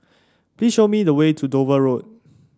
please show me the way to Dover Road